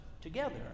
together